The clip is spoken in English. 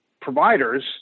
providers